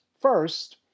First